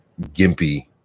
gimpy